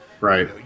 Right